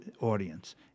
audience